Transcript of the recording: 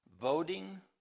Voting